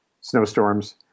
snowstorms